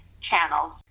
channels